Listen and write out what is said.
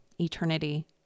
Eternity